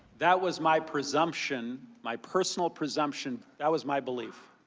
that was my presumption, my personal presumption, that was my belief.